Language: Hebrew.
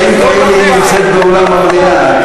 נמצאת באולם המליאה,